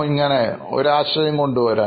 ഇങ്ങനെ ഒരു ആശയം കൊണ്ടുവരാൻ